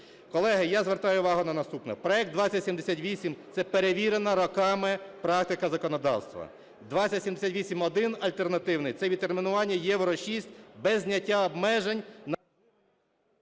Колеги, я звертаю увагу на наступне. Проект 2078 – це перевірена роками практика законодавства, 2078-1 альтернативний – це відтермінування "Євро-6" без зняття обмежень…